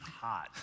hot